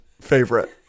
favorite